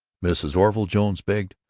mrs orville jones begged,